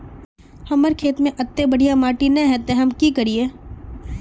हमर खेत में अत्ते बढ़िया माटी ने है ते हम की करिए?